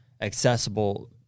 accessible